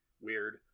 Weird